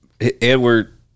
Edward